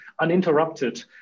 uninterrupted